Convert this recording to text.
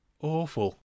awful